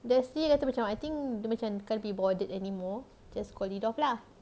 dia sendiri kata macam I think dia macam can't be bother anymore just call it off lah